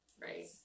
Right